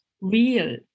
real